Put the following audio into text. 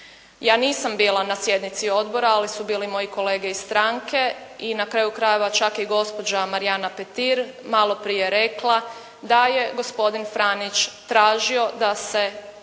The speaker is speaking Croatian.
Ja nisam bila na sjednici odbora ali su bili moji kolege iz stranke i na kraju krajeva čak je i gospođa Marijana Petir malo prije rekla da je gospodin Franić tražio da se osnuje